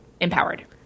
empowered